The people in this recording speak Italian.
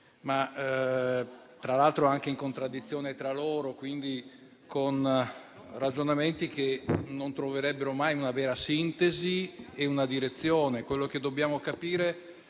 tra l'altro anche in contraddizione tra loro, che quindi non troverebbero mai una vera sintesi e una direzione. Quello che dobbiamo capire